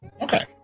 Okay